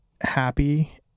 happy